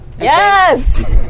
Yes